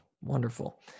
Wonderful